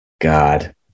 God